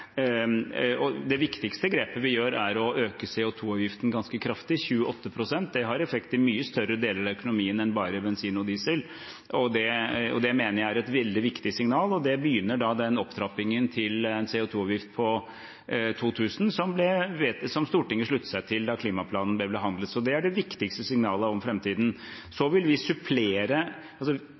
Det viktigste grepet vi gjør, er å øke CO 2 -avgiften ganske kraftig, 28 pst, og det har effekt i mye større deler av økonomien enn bare bensin og diesel. Det mener jeg er et veldig viktig signal, og med det begynner den opptrappingen til en CO 2 -avgift på 2 000 kr, som Stortinget sluttet seg til da klimaplanen ble behandlet. Så det er det viktigste signalet om